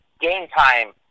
game-time